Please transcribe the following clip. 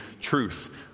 truth